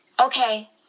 okay